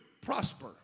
prosper